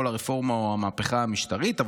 אבל כל הרפורמה או המהפכה המשטרית.